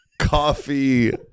coffee